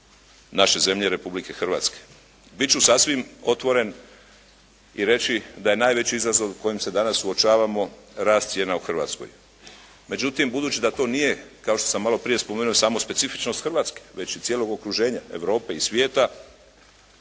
naše zemlje Republike Hrvatske. Bit ću sasvim otvoren i reći da je najveći izazov s kojim se danas suočavamo rast cijena u Hrvatskoj. Međutim, budući da to nije kao što sam maloprije spomenuo samo specifičnost Hrvatske već i cijelog okruženja, Europe i svijeta,